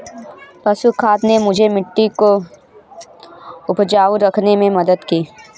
पशु खाद ने मुझे मिट्टी को उपजाऊ रखने में मदद की